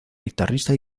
guitarrista